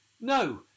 No